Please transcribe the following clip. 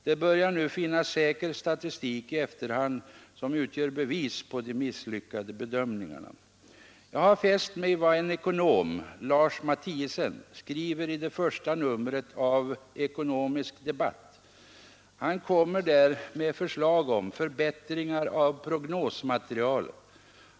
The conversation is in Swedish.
Det börjar nu finnas säker statistik som i efterhand utgör bevis på de misslyckade bedömingarna. Jag har fäst mig vid vad en ekonom, Lars Matthiessen, har skrivit i det första numret av tidskriften Ekonomisk debatt. Han kommer där med förslag om förbättringar av prognosmaterialet.